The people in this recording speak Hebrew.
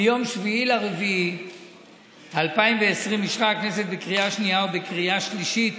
ביום 7 באפריל 2020 אישרה הכנסת בקריאה השנייה ובקריאה השלישית,